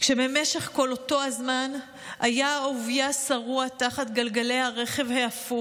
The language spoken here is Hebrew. כשבמשך כל אותו הזמן היה אהוביה שרוע תחת גלגלי הרכב ההפוך.